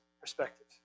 perspective